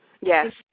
Yes